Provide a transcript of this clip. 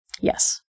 Yes